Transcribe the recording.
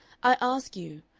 i ask you,